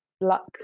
luck